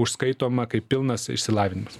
užskaitoma kaip pilnas išsilavinimas